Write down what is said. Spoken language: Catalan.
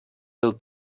del